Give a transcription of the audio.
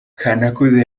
kanakuze